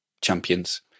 champions